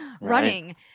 running